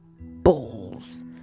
balls